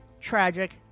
tragic